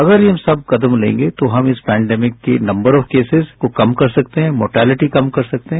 अगर हम ये सख्त कदम लेंगे तो हम इस पेंडेमिक के नम्बर ऑफ केसेस को कम कर सकते हैं मोर्टेलिटी कम कर सकते हैं